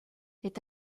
est